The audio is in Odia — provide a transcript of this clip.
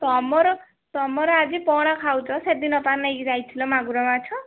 ତୁମର ତୁମର ଆଜି ପୋହଳା ଖାଉଛ ସେଦିନ ପା ନେଇକି ଯାଇଥିଲ ମାଗୁର ମାଛ